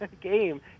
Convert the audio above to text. game